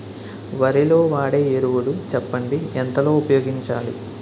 వరిలో వాడే ఎరువులు చెప్పండి? ఎంత లో ఉపయోగించాలీ?